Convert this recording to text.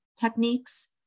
techniques